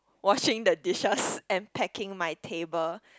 washing the dishes and packing my table